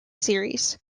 series